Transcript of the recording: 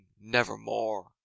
nevermore